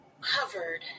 covered